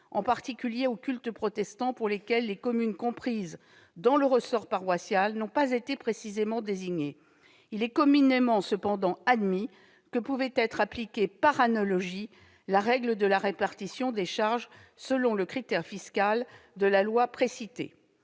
en particulier au culte protestant pour lequel les communes comprises dans le ressort paroissial n'ont pas été précisément désignées, il est communément admis que pouvait être appliquée, par analogie, la règle de répartition des charges selon le critère fiscal de la loi de